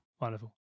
Wonderful